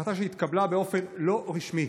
בהחלטה שהתקבלה באופן לא רשמי.